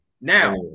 Now